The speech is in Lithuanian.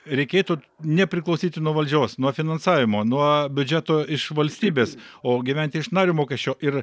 reikėtų nepriklausyti nuo valdžios nuo finansavimo nuo biudžeto iš valstybės o gyventi iš nario mokesčio ir